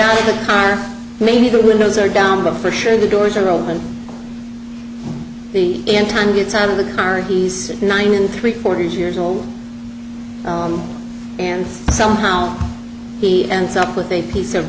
out of the car maybe the windows are down but for sure the doors are open the in time gets out of the car and he's nine and three quarters years old and somehow he ends up with a piece of